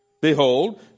behold